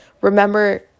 remember